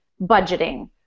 budgeting